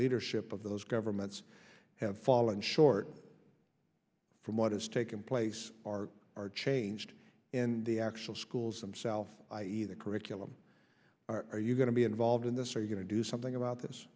leadership of those governments have fallen short from what has taken place or are changed and the actual schools themself i e the curriculum are you going to be involved in this are you going to do something about this